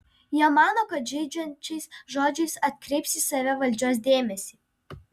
jie mano kad žeidžiančiais žodžiais atkreips į save valdžios dėmesį